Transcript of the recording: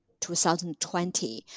2020